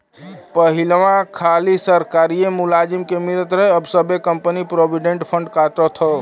पहिलवा खाली सरकारिए मुलाजिम के मिलत रहे अब सब्बे कंपनी प्रोविडेंट फ़ंड काटत हौ